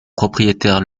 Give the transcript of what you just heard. propriétaire